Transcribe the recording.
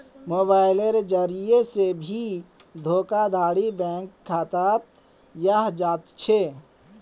मोबाइलेर जरिये से भी धोखाधडी बैंक खातात हय जा छे